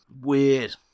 Weird